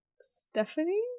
Stephanie